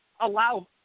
allow